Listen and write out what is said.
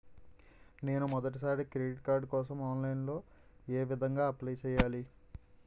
నేను మొదటిసారి credit card కోసం ఆన్లైన్ లో ఏ విధంగా అప్లై చేయాలి?